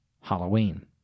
Halloween